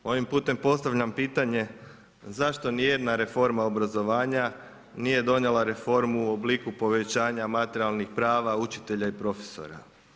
Ovim putem postavljam pitanje zašto niti jedna reforma obrazovanja nije donijela reformu o obliku povećanja materijalnih prava učitelja i profesora.